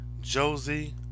Josie